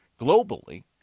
globally